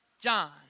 John